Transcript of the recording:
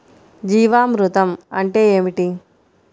జీవామృతం అంటే ఏమిటి?